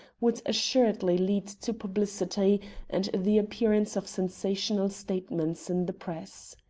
would assuredly lead to publicity and the appearance of sensational statements in the press.